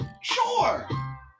Sure